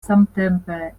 samtempe